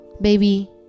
baby